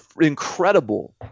incredible